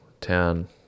town